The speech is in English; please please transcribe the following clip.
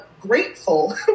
grateful